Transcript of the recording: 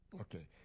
Okay